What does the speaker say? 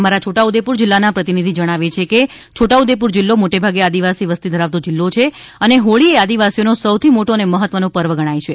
અમારા છોટા ઉદેપુર જિલ્લાના પ્રતિનિધિ જણાવે છે કે છોટાઉદેપુર જિલ્લો મોટા ભાગે આદિવાસી વસ્તી ધરાવતો જિલ્લો છે અને હોળીએ આદિવાસીઓનો સૌથી મોટો અને મહત્વનો પર્વ ગણાય છે